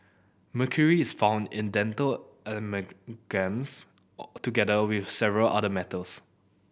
mercury is found in dental amalgams together with several other metals